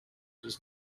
does